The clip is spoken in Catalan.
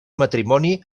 matrimoni